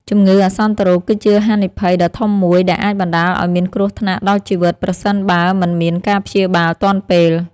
ជំងឺអាសន្នរោគគឺជាហានិភ័យដ៏ធំមួយដែលអាចបណ្តាលឱ្យមានគ្រោះថ្នាក់ដល់ជីវិតប្រសិនបើមិនមានការព្យាបាលទាន់ពេល។